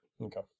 Okay